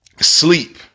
sleep